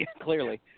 Clearly